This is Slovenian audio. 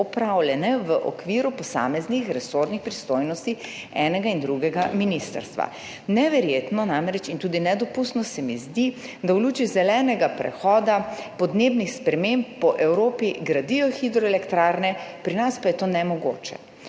opravljene v okviru posameznih resornih pristojnosti enega in drugega ministrstva? Neverjetno in tudi nedopustno se mi namreč zdi, da v luči zelenega prehoda podnebnih sprememb po Evropi gradijo hidroelektrarne, pri nas pa je to nemogoče.